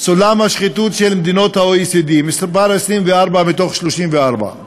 סולם השחיתות של מדינות ה-OECD, מס' 24 מתוך 34,